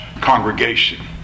congregation